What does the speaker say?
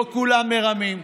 לא כולם מרמים,